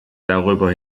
darüber